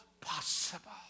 possible